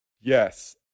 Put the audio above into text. Yes